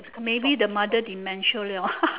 maybe the mother dementia liao